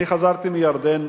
אני חזרתי מירדן,